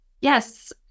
yes